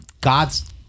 God's